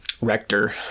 Rector